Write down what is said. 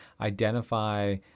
identify